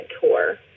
tour